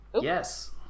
Yes